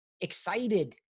excited